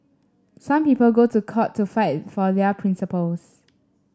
some people go to court to fight for their principles